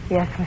Yes